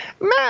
Man